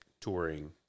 touring